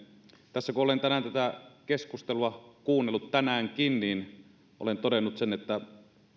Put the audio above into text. tässä kun olen tänään tätä keskustelua kuunnellut tänäänkin niin olen todennut sen että